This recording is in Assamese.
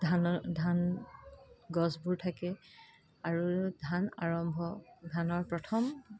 ধানৰ ধান গছবোৰ থাকে আৰু ধান আৰম্ভ ধানৰ প্ৰথম